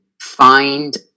find